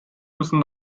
müssen